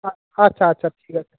আচ্ছা আচ্ছা ঠিক আছে